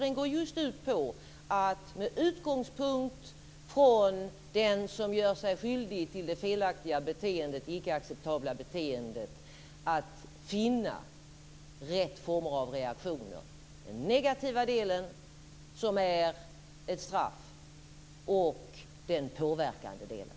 Den går just ut på att med utgångspunkt i den som gör sig skyldig till det felaktiga beteendet, det icke acceptabla beteendet, finna rätt former av reaktioner, nämligen den negativa delen, som är ett straff, och den påverkande delen.